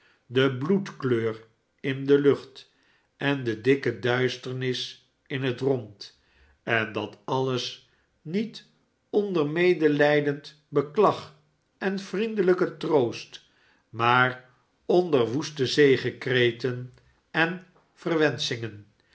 debloedkleur in de lucht en de dikke duisternis in het rond en dat alles niet onder medelijdend beklag en vriendelijken troost maar onder woeste zegekreten en verwenschingen